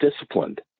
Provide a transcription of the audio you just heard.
disciplined